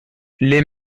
les